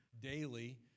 daily